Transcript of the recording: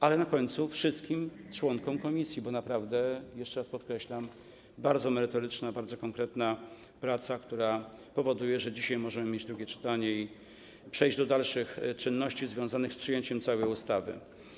A na koniec dziękuję wszystkim członkom komisji, bo naprawdę, jeszcze raz podkreślam, była to bardzo merytoryczna, bardzo konkretna praca, która powoduje, że dzisiaj możemy mieć drugie czytanie i przejść do dalszych czynności związanych z przyjęciem całej ustawy.